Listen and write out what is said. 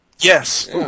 Yes